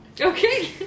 Okay